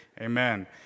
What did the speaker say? Amen